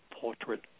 portrait